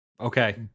Okay